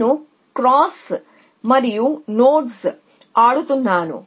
నేను క్రాస్ మరియు నోడ్స్ ఆడుతున్నాను